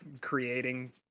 creating